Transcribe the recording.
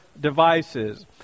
devices